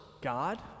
God